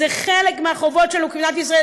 זה חלק מהחובות למדינת ישראל.